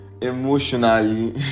emotionally